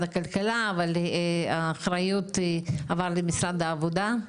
הכלכלה אבל האחריות עברה למשרד העבודה.